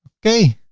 okay.